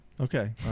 Okay